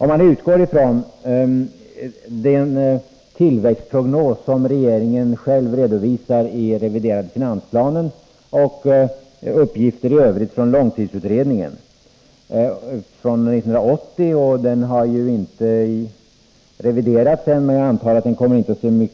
Om man utgår från den tillväxtprognos som regeringen själv redovisar i den reviderade finansplanen och uppgifter i övrigt från långtidsutredningen 1980 — den har ju inte reviderats än, men jag antar att den inte kommer att